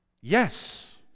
Yes